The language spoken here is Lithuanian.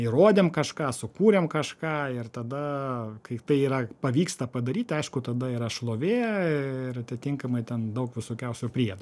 įrodėm kažką sukūrėm kažką ir tada kai tai yra pavyksta padaryti aišku tada yra šlovė ir atitinkamai ten daug visokiausių priedų